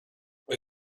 they